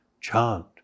Chant